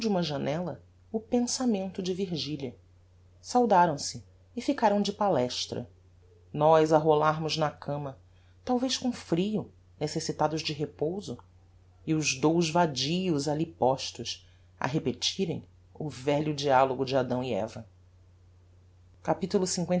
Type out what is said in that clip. uma janella o pensamento de virgilia saudaram se e ficaram de palestra nós a rolarmos na cama talvez com frio necessitados de repouso e os dous vadios alli postos a repetirem o velho dialogo de adão e eva capitulo